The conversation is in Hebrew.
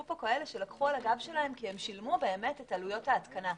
פה כאלה שלקחו על גבם כי שילמו את עלויות ההתקנה.